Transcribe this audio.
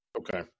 Okay